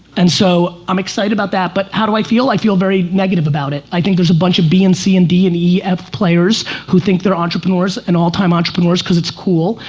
and so, i'm excited about that but how do i feel? i feel very negative about it. i think there's a bunch of b and c and d and e and f players who think they're entrepreneurs and old time entrepreneurs because it's cool,